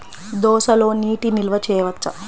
దోసలో నీటి నిల్వ చేయవచ్చా?